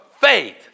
faith